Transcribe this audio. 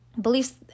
beliefs